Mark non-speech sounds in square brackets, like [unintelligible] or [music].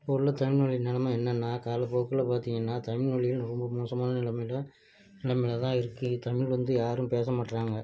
இப்போ உள்ள தமிழ் மொழியோட நிலமை என்னென்னா காலப்போக்கில் பார்த்திங்கன்னா தமிழ் மொழி [unintelligible] ரொம்ப மோசமான நிலைமையில நிலைமையில தான் இருக்குது தமிழ் வந்து யாரும் பேச மாட்டேறாங்க